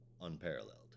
unparalleled